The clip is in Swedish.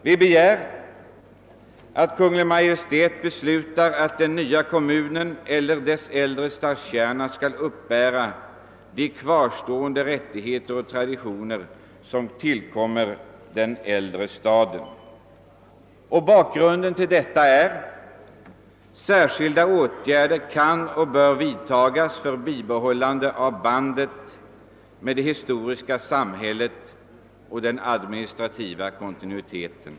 Vi begär att Kungl. Maj:t beslutar att den nya kommunen eller dess äldre stadskärna skall uppbära de kvarstående rättigheter och traditioner som har tillkommit den äldre staden. Vi anser att särskilda åtgärder kan och bör vidtagas för bibehållande av bandet med det historiska samhället och bevarande av den administrativa kontinuiteten.